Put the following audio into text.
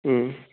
उम